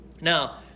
Now